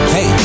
Hey